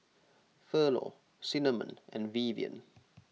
Thurlow Cinnamon and Vivian